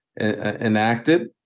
enacted